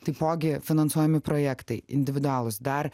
taipogi finansuojami projektai individualūs dar